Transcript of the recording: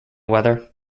weather